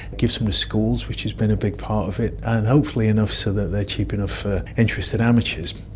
give some to schools, which has been a big part of it, and hopefully enough so that they are cheap enough for interested amateurs.